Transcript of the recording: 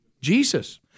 Jesus